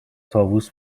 طاووس